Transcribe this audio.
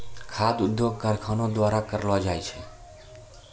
खाद्य उद्योग कारखानो द्वारा करलो जाय छै